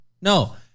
No